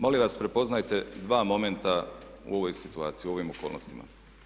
Molim vas, prepoznajte dva momenta u ovoj situaciju, u ovim okolnostima.